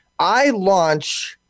iLaunch